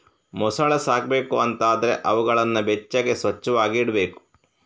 ಮೊಸಳೆ ಸಾಕ್ಬೇಕು ಅಂತ ಆದ್ರೆ ಅವುಗಳನ್ನ ಬೆಚ್ಚಗೆ, ಸ್ವಚ್ಚವಾಗಿ ಇಡ್ಬೇಕು